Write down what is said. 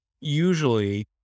usually